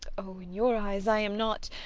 oh, in your eyes i am not